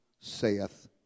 saith